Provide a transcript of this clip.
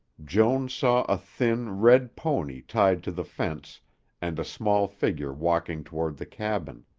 joan saw a thin, red pony tied to the fence and a small figure walking toward the cabin.